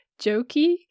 jokey